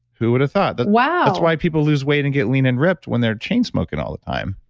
who would've thought? but wow that's why people lose weight and get lean and ripped when they're chain smoking all the time,